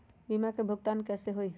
बीमा के भुगतान कैसे होतइ?